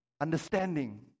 understanding